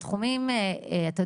בתחומים אתה יודע,